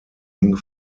eng